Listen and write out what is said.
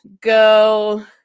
Go